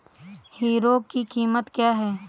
Hero की कीमत क्या है?